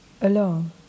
alone